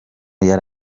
yari